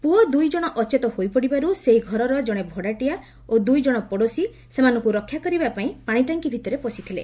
ପୁଅ ଦୁଇ ଜଣ ଅଚେତ ହୋଇପଡ଼ିବାରୁ ସେହି ଘରର ଜଣେ ଭଡ଼ାଟିଆ ଓ ଦୁଇ ଜଣ ପଡ଼ୋଶୀ ସେମାନଙ୍କୁ ରକ୍ଷା କରିବା ପାଇଁ ପାଣିଟାଙ୍କି ଭିତରେ ପସିଥିଲେ